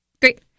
Great